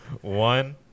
one